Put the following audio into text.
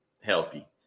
Healthy